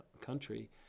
country